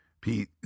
pete